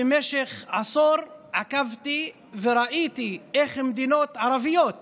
במשך עשור עקבתי וראיתי איך מדינות ערביות